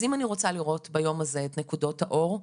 אז אם אני רוצה לראות ביום הזה את נקודות האור,